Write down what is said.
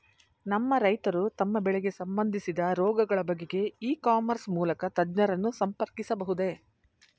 ನಮ್ಮ ರೈತರು ತಮ್ಮ ಬೆಳೆಗೆ ಸಂಬಂದಿಸಿದ ರೋಗಗಳ ಬಗೆಗೆ ಇ ಕಾಮರ್ಸ್ ಮೂಲಕ ತಜ್ಞರನ್ನು ಸಂಪರ್ಕಿಸಬಹುದೇ?